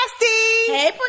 Hey